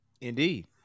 Indeed